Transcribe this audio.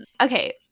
okay